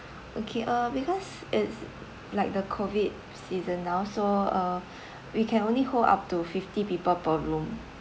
okay uh because it's like the COVID season now so uh we can only hold up to fifty people per room